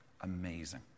amazing